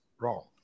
wrong